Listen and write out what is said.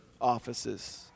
offices